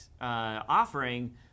offering